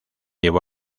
llevó